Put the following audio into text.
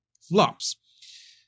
flops